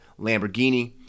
Lamborghini